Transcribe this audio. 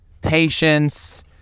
patience